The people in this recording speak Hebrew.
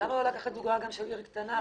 לא לקחת דוגמה גם של עיר קטנה?